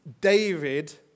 David